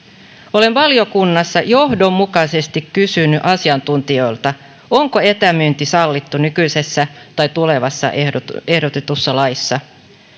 olen valiokunnassa johdonmukaisesti kysynyt asiantuntijoilta onko etämyynti sallittu nykyisessä tai tulevassa ehdotetussa ehdotetussa laissa